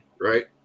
right